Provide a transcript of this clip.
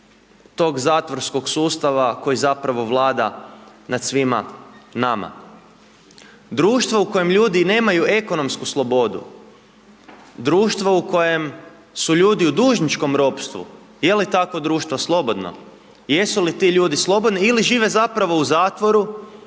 tog zatvorskog sustava koji zapravo vlada nad svima nama. Društvo u kojem ljudi nemaju ekonomsku slobodu, društvo u kojem su ljudi u dužničkom ropstvu je li takvo društvo slobodno? I jesu li ti ljudi slobodni ili žive zapravo u zatvoru,